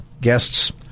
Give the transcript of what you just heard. guests